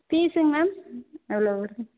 ஃபீஸ்சுங்க ma'am எவ்வளவு வரும்